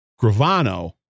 Gravano